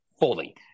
fully